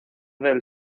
del